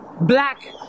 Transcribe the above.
Black